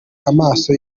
amaso